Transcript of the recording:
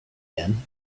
been